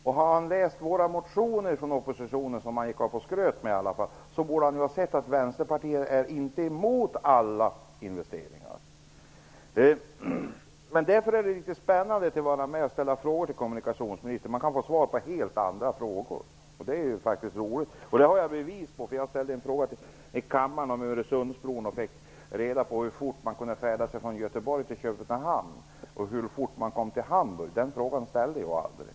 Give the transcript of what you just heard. Om kommunikationsministern har läst oppositionens motioner, som han skröt med, borde han ha sett att Vänsterpartiet inte är emot alla investeringar. Det är riktigt spännande att vara med och ställa frågor till kommunikationsministern. Man kan få svar på helt andra frågor. Det är faktiskt roligt. Det här har jag bevis på. Jag ställde en fråga i kammaren om Öresundsbron och fick reda på hur fort man kunde färdas från Göteborg till Köpenhamn och hur fort man kom till Hamburg. Den frågan ställde jag aldrig.